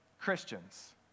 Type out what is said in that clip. Christians